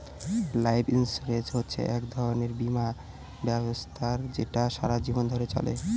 life insurance হচ্ছে এক ধরনের বীমা ব্যবস্থা যেটা সারা জীবন ধরে চলে